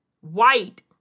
white